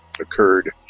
occurred